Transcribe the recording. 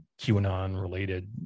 QAnon-related